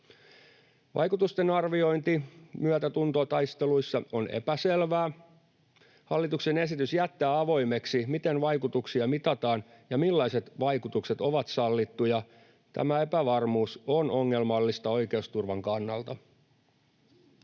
Vaikutusten arviointi myötätuntotaisteluissa on epäselvää. Hallituksen esitys jättää avoimeksi, miten vaikutuksia mitataan ja millaiset vaikutukset ovat sallittuja. Tämä epävarmuus on ongelmallista oikeusturvan kannalta.